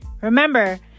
Remember